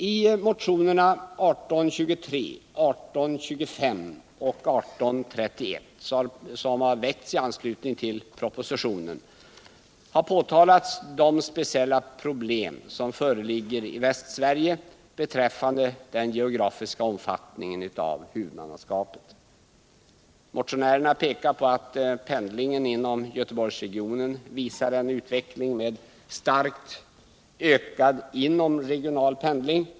I motionerna 1823, 1825 och 1831, som har väckts i anslutning till propositionen, har påtalats de speciella problem som föreligger i Västsverige beträffande den geografiska omfattningen av huvudmannaskapet. Motionärerna pekar på att pendlingen inom Göteborgsregionen visar en utveckling med starkt ökad inomregional pendling.